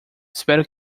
espero